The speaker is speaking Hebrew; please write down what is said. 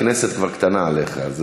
הכנסת כבר קטנה עליך.